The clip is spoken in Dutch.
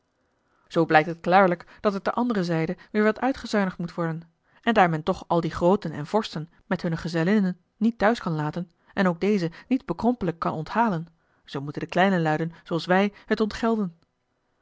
zoo blijkt het klaarlijk dat er ter andere zijde weêr wat uitgezuinigd moet worden en daar men toch al die grooten en vorsten met hunne gezellinnen niet thuis kan laten en ook dezen niet bekrompelijk kan onthalen zoo moeten de kleine luiden zooals wij het ontgelden